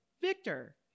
Victor